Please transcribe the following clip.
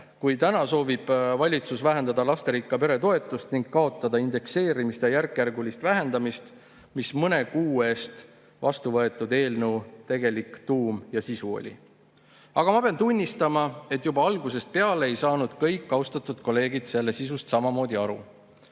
pole. Täna soovib valitsus vähendada lasterikka pere toetust ning kaotada indekseerimist ja järkjärgulist vähendamist, mis mõne kuu eest vastu võetud [seaduse] tegelik tuum ja sisu oli. Aga ma pean tunnistama, et juba algusest peale ei saanud kõik austatud kolleegid selle sisust samamoodi aru.